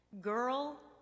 Girl